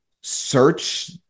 search